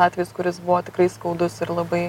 atvejis kuris buvo tikrai skaudus ir labai